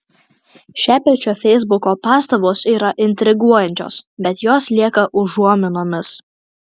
šepečio feisbuko pastabos yra intriguojančios bet jos lieka užuominomis